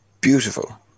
beautiful